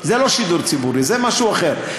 זה לא שידור ציבורי, זה משהו אחר.